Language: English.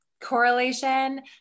correlation